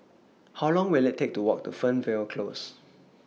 How Long Will IT Take to Walk to Fernvale Close